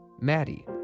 Maddie